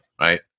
right